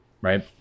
right